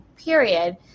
period